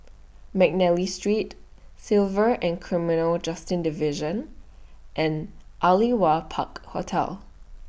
Mcnally Street Civil and Criminal Justice Division and Aliwal Park Hotel